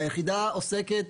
היחידה עוסקת